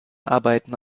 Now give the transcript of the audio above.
arbeiten